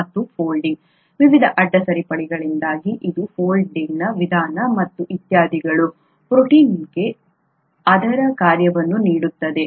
ಮತ್ತು ಈ ಫೋಲ್ಡಿಂಗ್ ವಿವಿಧ ಅಡ್ಡ ಸರಪಳಿಗಳಿಂದಾಗಿ ಅದು ಫೋಲ್ಡಿಂಗ್ನ ವಿಧಾನ ಮತ್ತು ಇತ್ಯಾದಿಗಳು ಪ್ರೋಟೀನ್ಗೆ ಅದರ ಕಾರ್ಯವನ್ನು ನೀಡುತ್ತದೆ